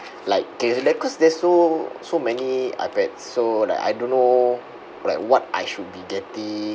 like K like cause there's so so many ipad so like I don't know like what I should be getting